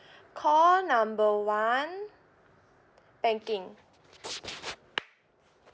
call number one banking